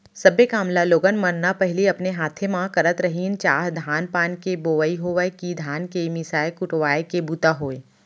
सब्बे काम ल लोग मन न पहिली अपने हाथे म करत रहिन चाह धान पान के बोवई होवय कि धान के मिसाय कुटवाय के बूता होय